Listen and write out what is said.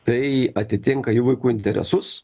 tai atitinka jų vaikų interesus